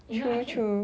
if not I can